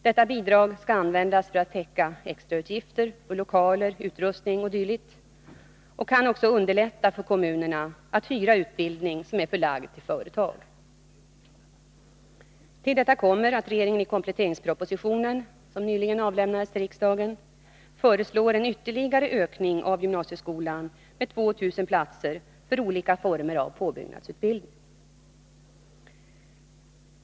Detta bidrag skall användas för att täcka extrautgifter för lokaler, utrustning o. d. och kan också underlätta för kommunerna att hyra utbildning som är förlagd till företag. Till detta kommer att regeringen i kompletteringspropositionen, som nyligen avlämnades till riksdagen, föreslår en ytterligare ökning av gymnasieskolan med 2 000 platser för olika former av påbyggnadsutbildning.